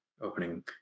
opening